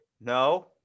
No